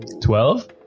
Twelve